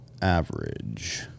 average